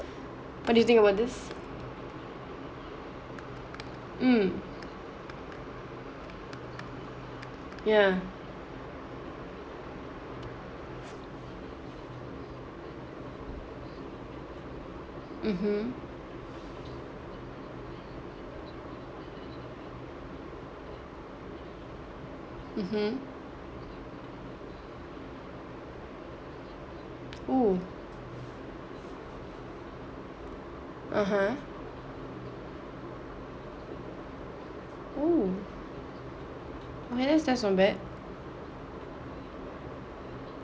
what do you think about this mm ya mmhmm mmhmm oh (uh huh) oh I guess that's not bad